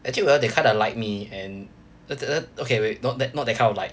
actually well they kinda like me and the okay wait not that not that kind of like